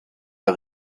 der